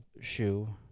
shoe